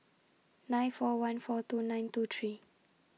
nine four one four two nine two three